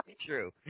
True